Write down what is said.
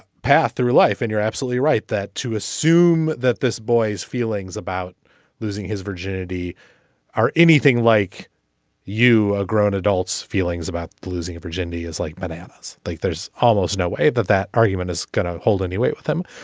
path through life. and you're absolutely right that to assume that this boy's feelings about losing his virginity are anything like you grown adults feelings about losing virginity is like bananas like there's almost no way that that argument is going to hold any weight with him.